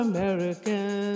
American